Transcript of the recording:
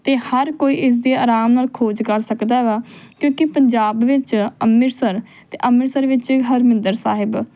ਅਤੇ ਹਰ ਕੋਈ ਇਸਦੀ ਆਰਾਮ ਨਾਲ ਖੋਜ ਕਰ ਸਕਦਾ ਵਾ ਕਿਉਂਕਿ ਪੰਜਾਬ ਵਿੱਚ ਅੰਮ੍ਰਿਤਸਰ ਅਤੇ ਅੰਮ੍ਰਿਤਸਰ ਵਿੱਚ ਹਰਮਿੰਦਰ ਸਾਹਿਬ